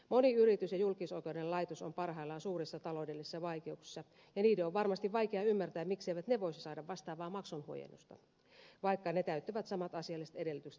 moni yritys ja julkisoikeudellinen laitos on parhaillaan suurissa taloudellisissa vaikeuksissa ja niiden on varmasti vaikea ymmärtää mikseivät ne voisi saada vastaavaa maksunhuojennusta vaikka ne täyttävät samat asialliset edellytykset veronmaksukyvyn näkökulmasta